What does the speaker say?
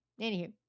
Anywho